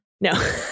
No